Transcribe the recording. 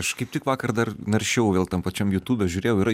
aš kaip tik vakar dar naršiau vėl tam pačiam jutube žiūrėjau yra